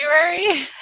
February